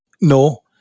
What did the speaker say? No